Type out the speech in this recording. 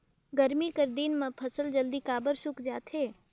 गरमी कर दिन म फसल जल्दी काबर सूख जाथे?